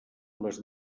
les